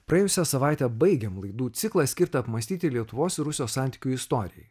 praėjusią savaitę baigėm laidų ciklą skirtą apmąstyti lietuvos rusijos santykių istorijai